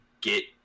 get